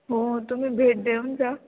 हो तुम्ही भेट देऊन जा